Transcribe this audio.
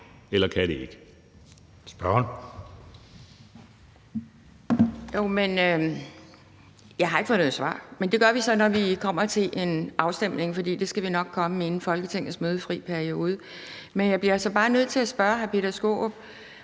Kl. 22:02 Pia Kjærsgaard (DF): Jamen jeg har ikke fået noget svar, men det får jeg så, når vi kommer til en afstemning, for det skal vi nok komme til inden Folketingets mødefri periode. Men jeg bliver så bare nødt til at spørge hr. Peter Skaarup: